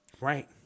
Right